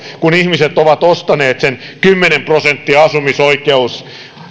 kun ihmiset ovat ostaneet sen kymmenen prosentin asumisoikeuden